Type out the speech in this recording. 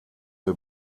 mir